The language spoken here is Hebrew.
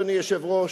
אדוני היושב-ראש,